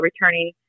returning